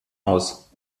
aus